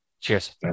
Cheers